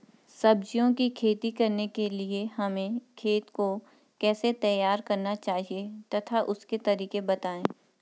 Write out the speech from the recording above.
सब्जियों की खेती करने के लिए हमें खेत को कैसे तैयार करना चाहिए तथा उसके तरीके बताएं?